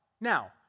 Now